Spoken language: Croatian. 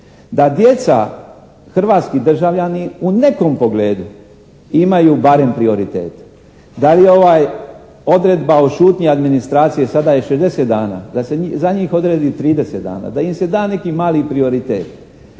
Da djeca hrvatski državljani u nekom pogledu imaju barem prioritete. Da li je ova odredba o šutnji administracije sada je 60 dana, da se za njih odredi 30 dana, da im se da neki mali prioritet.